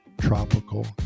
tropical